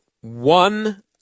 one